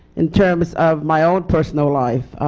in terms of my own personal life.